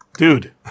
Dude